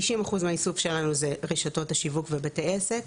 90% מהאיסוף שלנו זה רשתות השיווק ובתי עסק.